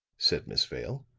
said miss vale.